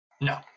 No